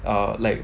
err like